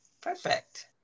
perfect